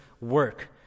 work